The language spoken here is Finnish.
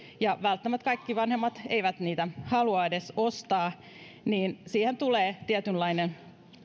ja välttämättä kaikki vanhemmat eivät niitä edes halua ostaa jolloin myös lasten väliin tulee tietynlainen